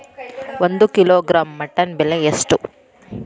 ಒಂದು kilogram mutton ಬೆಲೆ ಎಷ್ಟ್?